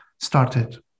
started